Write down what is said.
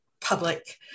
public